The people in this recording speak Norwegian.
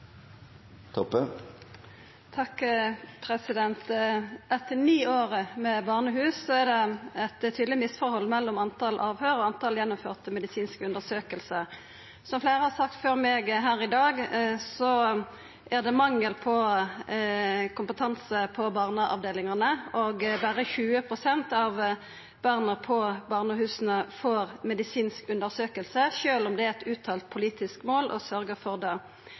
Etter ni år med barnehus er det eit tydeleg misforhold mellom talet på avhøyr og talet på gjennomførde medisinske undersøkingar. Som fleire har sagt før meg her i dag, er det mangel på kompetanse på barneavdelingane, og berre 20 pst. av barna på barnehusa får medisinsk undersøking sjølv om det er eit utvitydig politisk mål å sørgja for det.